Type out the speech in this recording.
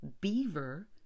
beaver